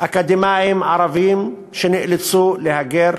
אקדמאים ערבים שנאלצו להגר,